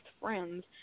friends